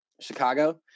Chicago